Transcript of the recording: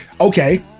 okay